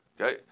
okay